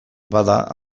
bada